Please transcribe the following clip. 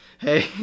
hey